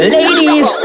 Ladies